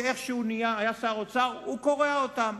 שאיך שהוא נהיה שר אוצר הוא קורע אותם.